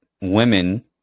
women